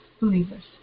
believers